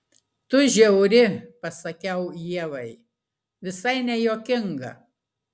tu žiauri pasakiau ievai visai nejuokinga